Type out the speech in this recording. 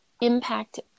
impact